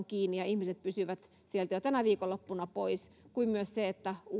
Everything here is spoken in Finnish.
kiinni ja ihmiset pysyvät sieltä jo tänä viikonloppuna pois kuten myös sitä että